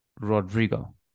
Rodrigo